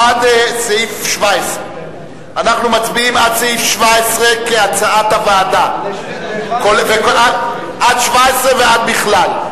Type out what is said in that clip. עד סעיף 17. אנחנו מצביעים עד סעיף 17 כהצעת הוועדה ועד בכלל.